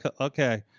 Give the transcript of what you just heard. okay